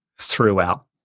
throughout